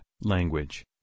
language